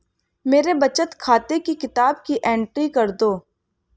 मेरे बचत खाते की किताब की एंट्री कर दो?